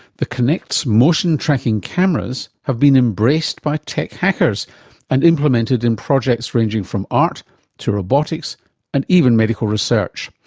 the kinect's motion tracking cameras have been embraced by tech hackers and implemented in projects ranging from art to robotics and even medical research.